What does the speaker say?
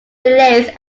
delays